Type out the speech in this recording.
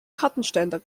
kartenständer